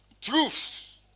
Truth